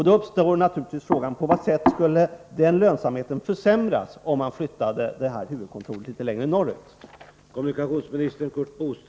Då uppstår frågan: På vilket sätt skulle denna lönsamhet försämras, om huvudkontoret flyttades längre norrut?